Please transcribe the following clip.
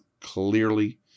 clearly